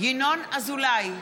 ינון אזולאי,